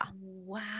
Wow